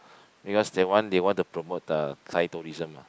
because they want they want to promote the Thai tourism lah